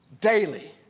daily